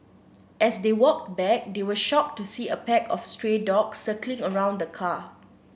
as they walked back they were shocked to see a pack of stray dogs circling around the car